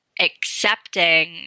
accepting